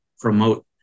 promote